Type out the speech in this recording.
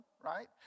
Right